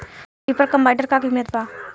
Reaper combiner का किमत बा?